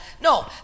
No